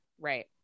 Right